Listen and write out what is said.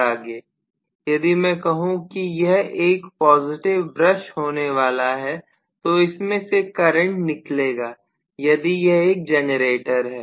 यदि मैं कहूँ कि यह पॉजिटिव ब्रश है यदि मैं कहूँ कि यह एक पॉजिटिव ब्रश होने वाला है तो इसमें से करंट निकलेगा यदि यह एक जनरेटर है